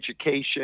education